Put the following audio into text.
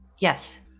Yes